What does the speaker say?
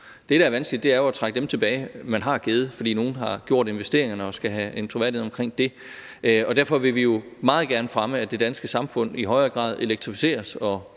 Det, der er vanskeligt, er jo at trække dem tilbage, man har givet, for nogle har gjort investeringerne og skal have en troværdighed omkring det. Vi vil jo meget gerne fremme, at det danske samfund i højere grad elektrificeres,